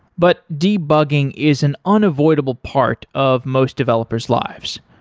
but debugging is an unavoidable part of most developers' lives.